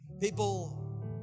people